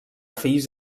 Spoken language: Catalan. fills